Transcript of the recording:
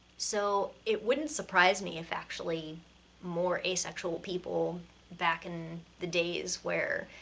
so it wouldn't surprise me if actually more asexual people back in the days where